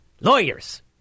Lawyers